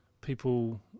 people